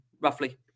roughly